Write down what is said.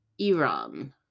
Iran